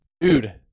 Dude